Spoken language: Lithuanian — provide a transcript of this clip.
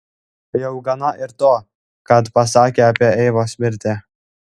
jau gana ir to kad pasakė apie eivos mirtį